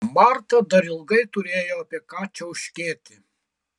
marta dar ilgai turėjo apie ką čiauškėti